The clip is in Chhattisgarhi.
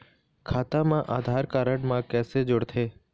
खाता मा आधार कारड मा कैसे जोड़थे?